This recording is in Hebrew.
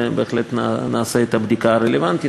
ובהחלט נעשה את הבדיקה הרלוונטית.